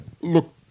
look